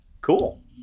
cool